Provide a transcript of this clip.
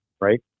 right